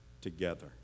together